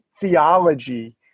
theology